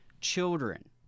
children